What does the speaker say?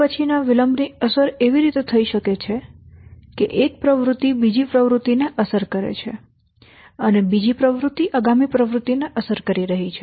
હવે પછીના વિલંબની અસર એવી રીતે થઈ શકે છે કે એક પ્રવૃત્તિ બીજી પ્રવૃત્તિને અસર કરે છે અને બીજી પ્રવૃત્તિ આગામી પ્રવૃત્તિને અસર કરી રહી છે